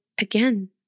again